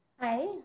Hi